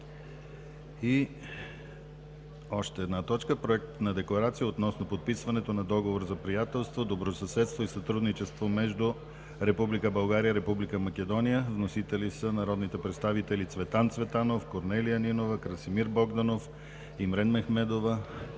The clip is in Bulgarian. на още една точка: Проект на декларация относно подписването на Договор за приятелство, добросъседство и сътрудничество между Република България и Република Македония. Вносители са народните представители Цветан Цветанов, Корнелия Нинова, Красимир Богданов, Имрен Мехмедова,